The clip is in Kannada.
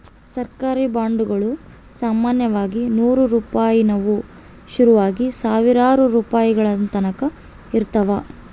ಸರ್ಕಾರಿ ಬಾಂಡುಗುಳು ಸಾಮಾನ್ಯವಾಗಿ ನೂರು ರೂಪಾಯಿನುವು ಶುರುವಾಗಿ ಸಾವಿರಾರು ರೂಪಾಯಿಗಳತಕನ ಇರುತ್ತವ